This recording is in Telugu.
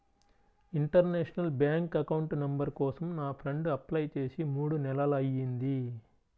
ఇంటర్నేషనల్ బ్యాంక్ అకౌంట్ నంబర్ కోసం నా ఫ్రెండు అప్లై చేసి మూడు నెలలయ్యింది